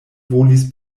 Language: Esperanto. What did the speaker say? volis